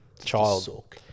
child